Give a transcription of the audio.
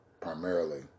primarily